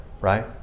right